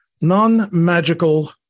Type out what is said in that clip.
non-magical